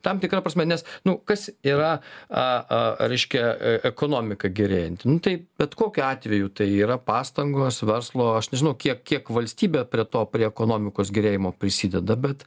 tam tikra prasme nes nu kas yra a a reiškia ekonomika gerėjanti tai bet kokiu atveju tai yra pastangos verslo aš nežinau kiek kiek valstybė prie to prie ekonomikos gerėjimo prisideda bet